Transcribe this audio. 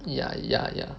ya ya ya